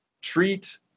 treat